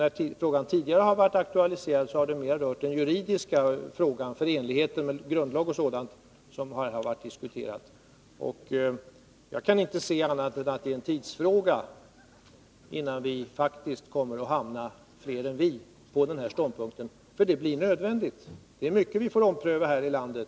När frågan tidigare varit aktualiserad har det mera varit de juridiska aspekterna, förenligheten med grundlag och liknande, som diskuterats. Jag kan inte se annat än att det är en tidsfråga innan fler än vi faktiskt kommer att hamna på den här ståndpunkten — det blir nödvändigt. Det är mycket vi får ompröva här i landet.